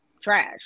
trash